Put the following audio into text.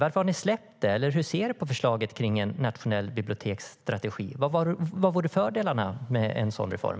Varför har ni släppt frågan, och hur ser ni på förslaget om en nationell biblioteksstrategi? Vad vore fördelarna med en sådan reform?